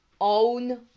own